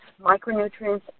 micronutrients